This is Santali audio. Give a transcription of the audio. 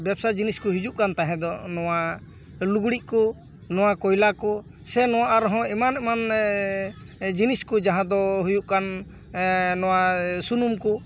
ᱵᱮᱵᱽᱥᱟ ᱡᱤᱱᱤᱥ ᱠᱚ ᱦᱤᱡᱩᱜ ᱠᱟᱱ ᱛᱟᱦᱮᱸ ᱫᱚ ᱱᱚᱶᱟ ᱞᱩᱜᱽᱲᱤᱡ ᱠᱚ ᱱᱚᱣᱟ ᱠᱚᱭᱞᱟ ᱠᱚ ᱥᱮ ᱟᱨ ᱦᱚᱸ ᱮᱢᱟᱱ ᱮᱢᱟᱱ ᱡᱤᱱᱤᱥ ᱠᱚ ᱡᱟᱦᱟᱸ ᱫᱚ ᱦᱩᱭᱩᱜ ᱠᱟᱱ ᱱᱚᱶᱟ ᱥᱩᱱᱩᱢ ᱠᱚ